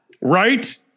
Right